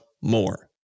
more